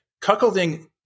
Cuckolding